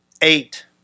Eight